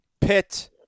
Pitt